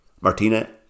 Martina